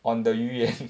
on the 鱼圆